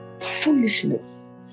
foolishness